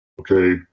Okay